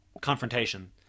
confrontation